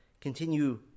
continue